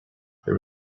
there